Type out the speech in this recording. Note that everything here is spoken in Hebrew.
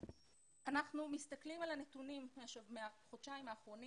אנחנו מסתכלים על הנתונים מהחודשיים האחרונים